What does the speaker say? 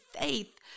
faith